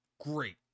great